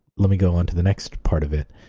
let me go on to the next part of it.